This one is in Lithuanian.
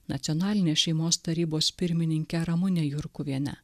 nacionalinės šeimos tarybos pirmininkė ramunė jurkuvienė